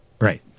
Right